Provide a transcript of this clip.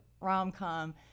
rom-com